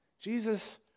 Jesus